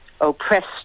oppressed